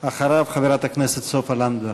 אחריו, חברת הכנסת סופה לנדבר.